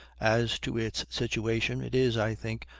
as to its situation, it is, i think,